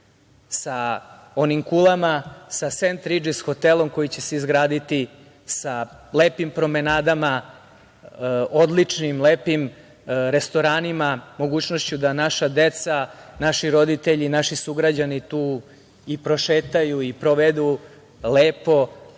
sa onim kulama, sa „Sent Ridžis“ hotelom koji će se izgraditi, sa lepim promenadama, odličnim, lepim restoranima, mogućnošću da naša deca, naši roditelji, naši sugrađani tu i prošetaju i provedu lepo